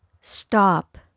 stop